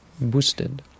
boosted